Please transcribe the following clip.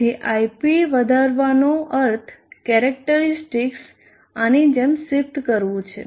તેથી ip વધારવાનો અર્થ કેરેક્ટરીસ્ટિક્સ આની જેમ શીફ્ટ કરવું છે